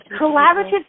Collaborative